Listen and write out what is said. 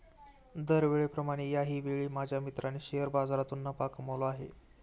दरवेळेप्रमाणे याही वेळी माझ्या मित्राने शेअर बाजारातून नफा कमावला आहे